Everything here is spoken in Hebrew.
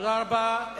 תודה רבה.